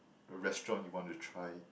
a restaurant you want to try